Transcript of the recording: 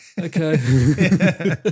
okay